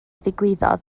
ddigwyddodd